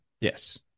Yes